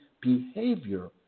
behavior